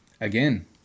again